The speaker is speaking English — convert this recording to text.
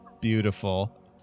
Beautiful